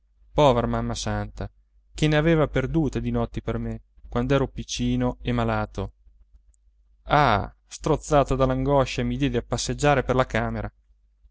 povera mamma santa che n'aveva perdute di notti per me quand'ero piccino e malato ah strozzato dall'angoscia mi diedi a passeggiare per la camera